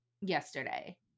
yesterday